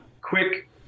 quick